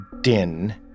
din